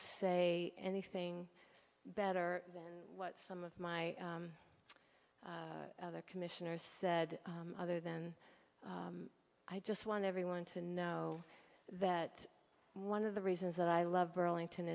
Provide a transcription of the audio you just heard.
say anything better than what some of my other commissioners said other than i just want everyone to know that one of the reasons that i love burlington